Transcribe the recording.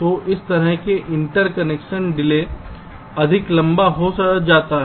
तो इस तरह से इंटरकनेक्शन डिले अधिक लंबा हो जाता है